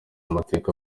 amateka